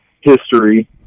history